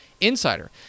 insider